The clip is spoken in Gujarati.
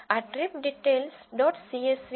આ ટ્રીપ ડિટેઈલ્સ ડોટ સીએસવીtripDetails